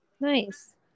Nice